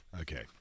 Okay